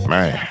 Man